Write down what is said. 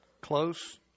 close